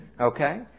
okay